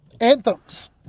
anthems